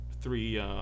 three